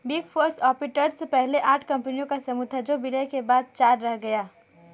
big four auditors पहले आठ कंपनियों का समूह था जो विलय के बाद चार रह गया